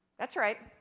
that's right.